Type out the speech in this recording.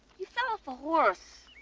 you fell off a horse.